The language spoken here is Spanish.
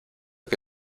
que